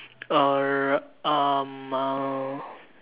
or um